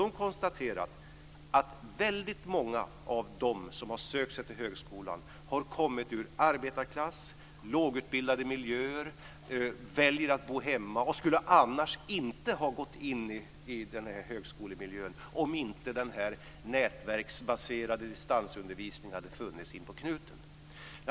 De konstaterar att väldigt många av dem som har sökt sig till högskolan har kommit ur arbetarklass och miljöer där utbildningsnivån är låg. De väljer att bo hemma. Hade denna nätverksbaserade distansundervisning inte funnits inpå knuten hade de inte gått in i högskolemiljön.